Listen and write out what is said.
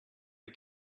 you